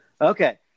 Okay